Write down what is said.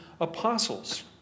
Apostles